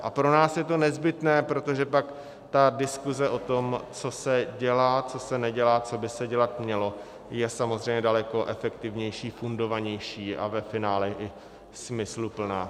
A pro nás je to nezbytné, protože pak ta diskuse o tom, co se dělá, co se nedělá, co by se dělat mělo, je samozřejmě daleko efektivnější, fundovanější a ve finále i smysluplná.